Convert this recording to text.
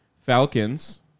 Falcons